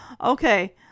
Okay